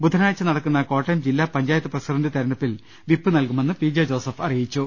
ബുധനാഴ്ച നടക്കുന്ന കോട്ടയം ജില്ലാ പഞ്ചായത്ത് പ്രസിഡന്റ് തെരഞ്ഞെടുപ്പിൽ വിപ്പ് നൽകുമെന്ന് പി ജെ ജോസഫ് അറിയിച്ചു